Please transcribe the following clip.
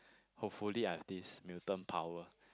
hopefully I've this mutant power